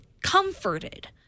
comforted